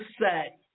say